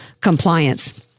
compliance